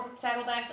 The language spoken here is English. saddlebags